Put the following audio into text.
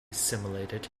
simulated